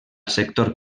sector